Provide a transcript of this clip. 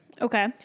Okay